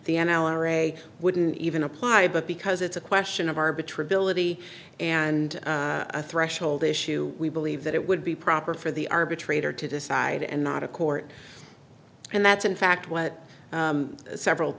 a wouldn't even apply but because it's a question of arbitrary realty and a threshold issue we believe that it would be proper for the arbitrator to decide and not a court and that's in fact what several